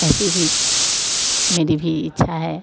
ऐसी भी मेरी भी इच्छा है